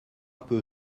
peu